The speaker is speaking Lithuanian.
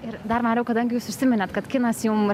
ir dar mariau kadangi jūs užsiminėt kad kinas jum